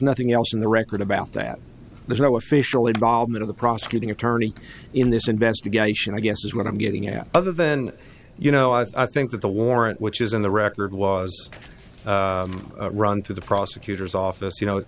nothing else in the record about that there's no official involvement of the prosecuting attorney in this investigation i guess is what i'm getting at other than you know i think that the warrant which is in the record was run through the prosecutor's office you know it